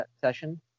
session